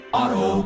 Auto